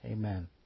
Amen